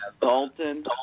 Dalton